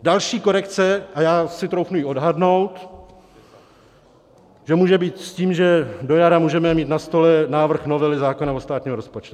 Další korekce, a já si troufnu ji odhadnout, že může být s tím, že do jara můžeme mít na stole návrh novely zákona o státním rozpočtu.